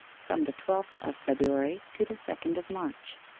from the twelfth of february to the second of march